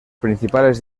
principales